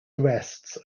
arrests